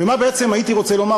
ומה בעצם הייתי רוצה לומר,